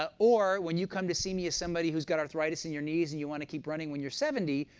ah or when you come to see me as somebody who's got arthritis in your knees, and you want to keep running when you're seventy,